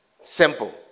Simple